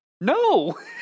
No